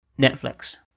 Netflix